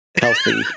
healthy